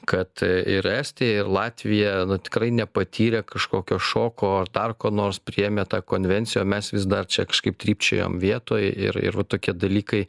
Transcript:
kad ir estija ir latvija tikrai nepatyrė kažkokio šoko ar dar ko nors priėmė tą konvenciją o mes vis dar čia kažkaip trypčiojam vietoj ir ir va tokie dalykai